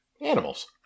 Animals